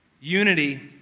unity